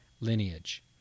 lineage